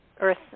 Earth